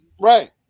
Right